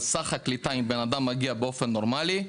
אם אדם מגיע באופן נורמלי,